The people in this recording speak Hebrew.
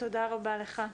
תודה רבה לך.